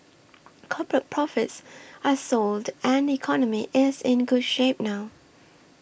corporate profits are solid and the economy is in good shape now